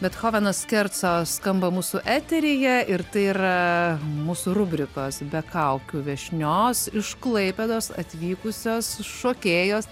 bethoveno skerco skamba mūsų eteryje ir tai yra mūsų rubrikos be kaukių viešnios iš klaipėdos atvykusios šokėjos